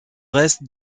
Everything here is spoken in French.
restes